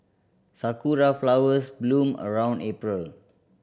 sakura flowers bloom around April